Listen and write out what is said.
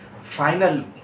Final